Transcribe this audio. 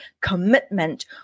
commitment